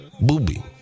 Booby